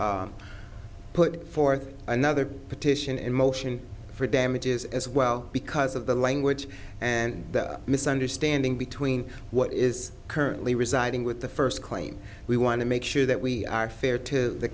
put forth another petition in motion for damages as well because of the language and the misunderstanding between what is currently residing with the first claim we want to make sure that we are fair to the